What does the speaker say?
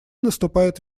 наступает